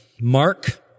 Mark